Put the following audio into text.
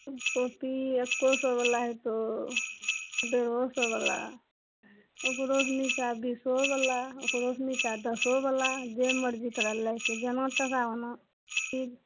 उ कॉपी एक्को सओवला हेतौ डेढ़ो सओवला ओकरोसँ निचा बीसोवला ओकरोसँ निचा दसोवला जे मर्जी तोरा लैके जेना टाका ओना चीज